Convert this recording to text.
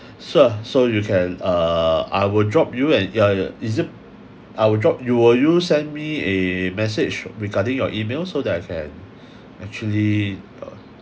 so so you can uh I will drop you at your is it I will drop you will you send me a message regarding your email so that I can actually uh